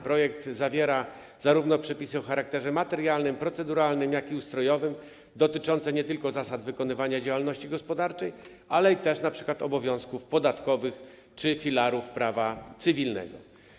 Projekt zawiera przepisy o charakterze materialnym, proceduralnym, jak również ustrojowym, dotyczące nie tylko zasad wykonywania działalności gospodarczej, ale także np. obowiązków podatkowych czy filarów prawa cywilnego.